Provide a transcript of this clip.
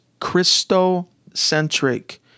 Christocentric